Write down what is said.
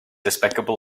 despicable